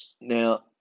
Now